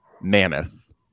mammoth